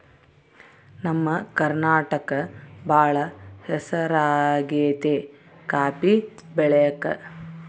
ನಮ್ಮ ಕರ್ನಾಟಕ ಬಾಳ ಹೆಸರಾಗೆತೆ ಕಾಪಿ ಬೆಳೆಕ